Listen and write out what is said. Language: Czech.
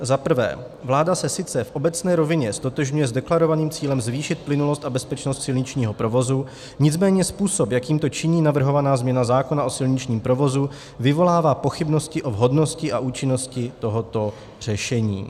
Za prvé, vláda se sice v obecné rovině ztotožňuje s deklarovaným cílem zvýšit plynulost a bezpečnost silničního provozu, nicméně způsob, jakým to činí navrhovaná změna zákona o silničním provozu, vyvolává pochybnosti o vhodnosti a účinnosti tohoto řešení.